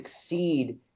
succeed